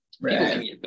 Right